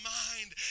mind